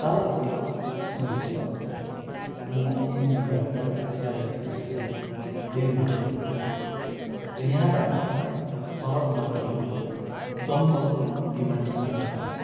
चालक ज्यू सुन्नुहोस् त म एनजिपिबाट स्यालदा स्टेसनसम्म रेल मार्ग भएर आए र यहाँबाट अब सडक मार्ग हुँदै म दमदम विमान स्थल जानु छ